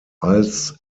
als